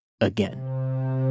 again